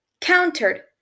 countered